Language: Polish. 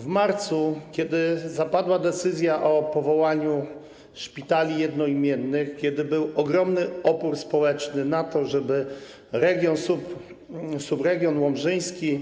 W marcu, kiedy zapadła decyzja o powołaniu szpitali jednoimiennych, kiedy był ogromny opór społeczny wobec tego, żeby subregion łomżyński,